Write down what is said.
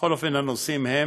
בכל אופן, הנושאים הם